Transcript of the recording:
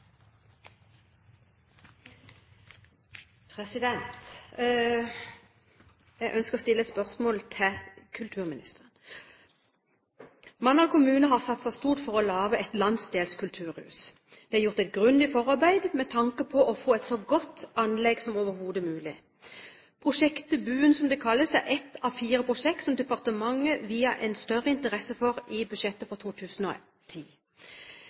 Jeg ønsker å stille et spørsmål til kulturministeren: «Mandal kommune har satset stort for å lage et landsdelskulturhus. Det er gjort et grundig forarbeid med tanke på å få et så godt anlegg som overhodet mulig. Prosjektet «Buen» er ett av fire prosjekt som departementet viet en større interesse i budsjettet for 2010.